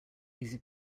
easy